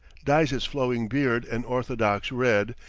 dyes his flowing beard an orthodox red,